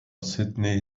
sydney